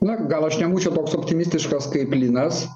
na gal aš nebūčiau toks optimistiškas kaip linas